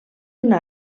una